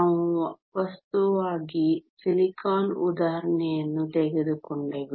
ನಾವು ವಸ್ತುವಾಗಿ ಸಿಲಿಕಾನ್ ಉದಾಹರಣೆಯನ್ನು ತೆಗೆದುಕೊಂಡೆವು